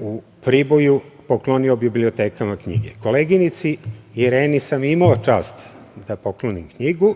u Priboju poklonio bibliotekama knjige. Koleginici Ireni sam imao čast da poklonim knjigu,